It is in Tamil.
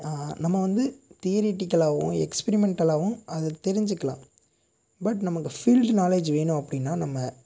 நம்ம வந்து தியரிட்டிகளாகவும் எக்ஸ்பிரிமெண்ட்டளாகவும் அதை தெரிஞ்சுக்கலாம் பட் நமக்கு ஃபீல்டு நாலேட்ஜ் வேணும் அப்படினா நம்ம